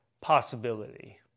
possibility